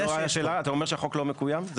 אתה אומר שהחוק לא מקוים?